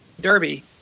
Derby